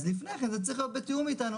אז לפני כן זה צריך להיות בתיאום איתנו.